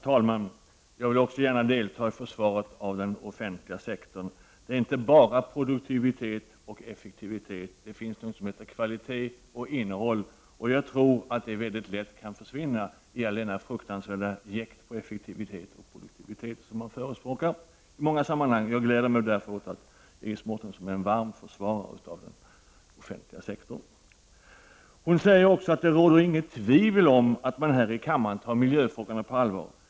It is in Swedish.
Herr talman! Även jag vill delta i försvaret av den offentliga sektorn. Det gäller inte bara produktivitet och effektivitet, det finns också någonting som heter kvalitet och innehåll. Detta är någonting som jag tror mycket väl kan försvinna i allt detta fruktansvärda jäkt och i den effektivitet och produktivitet som man i många sammanhang förespråkar. Därför gläder jag mig åt att Iris Mårtensson är en varm försvarare av den offentliga sektorn. Iris Mårtensson sade också att det inte råder något tvivel om att man här i kammaren tar miljöfrågorna på allvar.